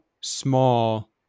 small